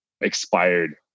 expired